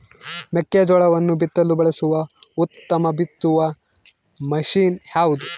ಮೆಕ್ಕೆಜೋಳವನ್ನು ಬಿತ್ತಲು ಬಳಸುವ ಉತ್ತಮ ಬಿತ್ತುವ ಮಷೇನ್ ಯಾವುದು?